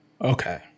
Okay